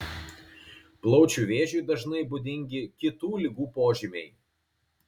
plaučių vėžiui dažnai būdingi kitų ligų požymiai